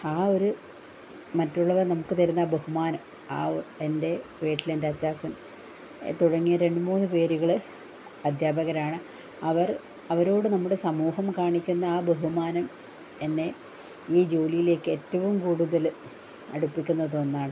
ആ ഒരു മറ്റുള്ളവർ നമുക്ക് തരുന്ന ബഹുമാനം ആ ഒ എൻ്റെ വീട്ടിലെൻ്റെ അച്ചാച്ചൻ തുടങ്ങിയ രണ്ടു മൂന്നു പേരുകള് അധ്യാപകരാണ് അവർ അവരോട് നമ്മുടെ സമൂഹം കാണിക്കുന്ന ആ ബഹുമാനം എന്നെ ഈ ജോലിയിലേക്ക് ഏറ്റവും കൂടുതല് അടുപ്പിക്കുന്ന ഒന്നാണ്